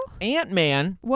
Ant-Man